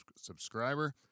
subscriber